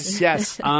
yes